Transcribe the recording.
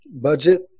budget